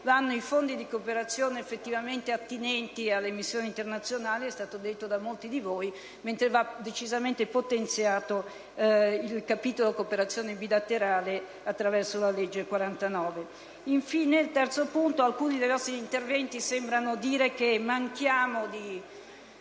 vanno i fondi di cooperazione effettivamente attinenti alle missioni internazionali (è stato detto da molti di voi), mentre va decisamente potenziato il capitolo «cooperazione bilaterale» attraverso la legge n. 49 del 1987. Infine vengo al terzo punto. Alcuni dei vostri interventi sembrano dire che a tratti